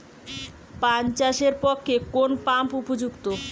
পান চাষের পক্ষে কোন পাম্প উপযুক্ত?